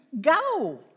go